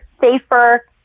safer